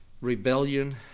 rebellion